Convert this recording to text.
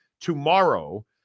tomorrow